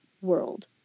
world